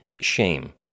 shame